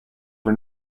for